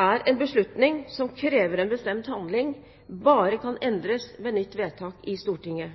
er en beslutning som krever en bestemt handling, bare kan endres ved nytt vedtak i Stortinget.